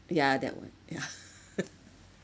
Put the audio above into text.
ya that one yeah